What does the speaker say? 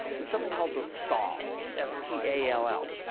there's something called the stall s t a l l.